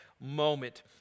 moment